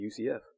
UCF